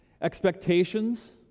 Expectations